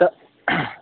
तऽ